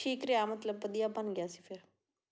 ਠੀਕ ਰਿਹਾ ਮਤਲਬ ਵਧੀਆ ਬਣ ਗਿਆ ਸੀ ਫਿਰ